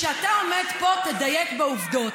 כשאתה עומד פה תדייק בעובדות.